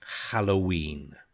halloween